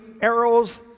arrows